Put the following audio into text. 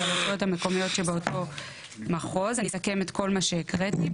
הרשויות המקומיות שבאותו מחוז." אני אסכם את כל מה שהקראתי.